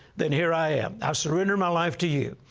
then here i am. i surrender my life to you.